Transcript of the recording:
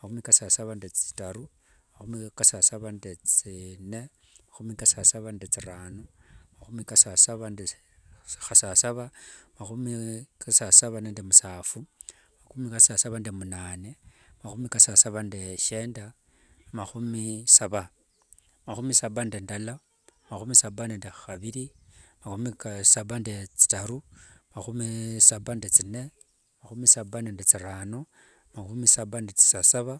mahumi kasasava nde tsitaru, mahumi kasasava nde tsine, mahumi kasasava nde tsirano, mahumi kasasava nde hasasava. mahumi kasasava nde msafu. mahumi kasasava nde mnane. mahumi kasasava nde shenda. mahumi saba. Mahumi saba nde ndala, mahumi saba nde haviri, mahumi saba nde tsitaru, mahumi saba nde tsine, mahumi saba nde tsirano, mahumi saba nde tsisasava,